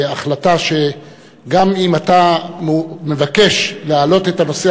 החלטה שגם אם אתה מבקש להעלות את הנושא